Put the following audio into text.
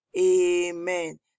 Amen